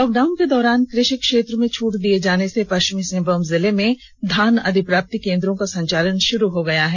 lock down के दौरान कृषि क्षेत्र में छूट दिये जाने से पष्चिमी सिंहभूम जिले में धान अधिप्राप्ति केन्द्रों का संचालन शुरू हो गया है